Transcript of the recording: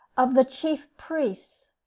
of the chief priests,